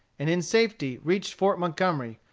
and in safety reached fort montgomery,